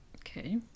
Okay